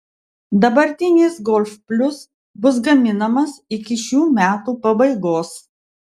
dabartinis golf plius bus gaminamas iki šių metų pabaigos